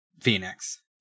phoenix